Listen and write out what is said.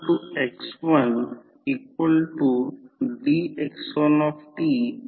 आणि क्रमांक 4 d part hysteresis आणि एडी करंट लॉसेस नगण्य आहेत हि 4 असम्पशन आहेत